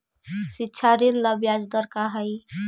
शिक्षा ऋण ला ब्याज दर का हई?